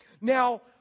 now